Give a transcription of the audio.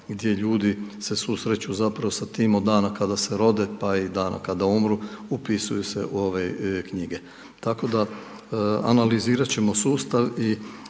gdje ljudi se susreću zapravo sa tim od dana kada se rode, pa i dana kada umru, upisuju se u ove knjige. Tako da, analizirat ćemo sustav i